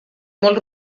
molt